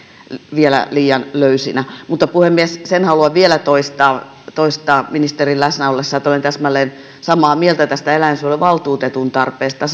vielä liian löysinä mutta puhemies sen haluan vielä toistaa toistaa ministerin läsnä ollessa että olen täsmälleen samaa mieltä eläinsuojeluvaltuutetun tarpeesta